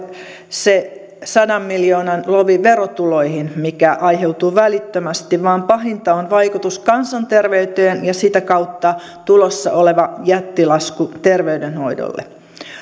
se sadan miljoonan lovi verotuloihin mikä aiheutuu välittömästi vaan pahinta on vaikutus kansanterveyteen ja ja sitä kautta tulossa oleva jättilasku terveydenhoidolle